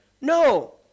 No